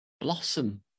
Blossom